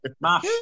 mash